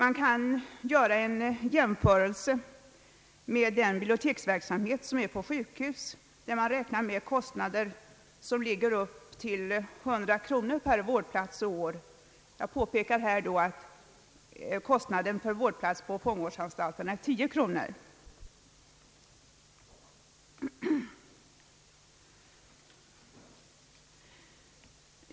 Vi kan göra en jämförelse med biblioteksverksamheten på sjukhus, där man räknar med kostnader på upp till 100 kronor per vårdplats och år. Jag påpekar då att beloppet per vårdplats på fångvårdsanstalt är 10 kronor.